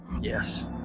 Yes